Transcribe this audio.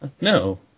No